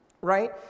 right